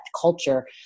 culture